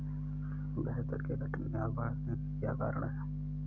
ब्याज दर के घटने और बढ़ने के क्या कारण हैं?